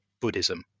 Buddhism